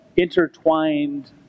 intertwined